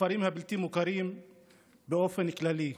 לכפרים הבלתי-מוכרים באופן כללי.